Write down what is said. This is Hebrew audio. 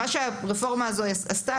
מה שהרפורמה הזו עשתה,